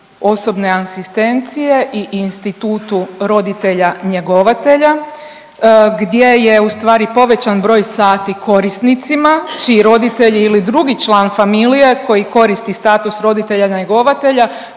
osobne asistencije i institutu roditelja njegovatelja gdje je ustvari povećan broj sati korisnicima čiji roditelji ili drugi član familije koji koristi status roditelja njegovatelja